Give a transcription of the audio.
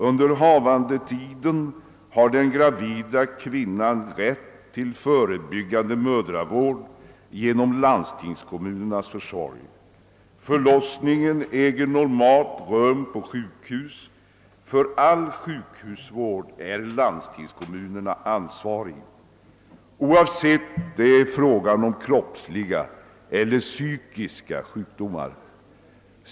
Under havandeskapstiden har den gravida kvinnan rätt till förebyggande mödravård genom landstingskommunernas försorg. Förlossningen äger normalt rum på sjukhus, och för all sjukhusvård är landstingskommunerna ansvariga, vare sig det är fråga om kroppsliga eller psykiska sjukdomar.